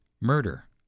murder